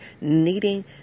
needing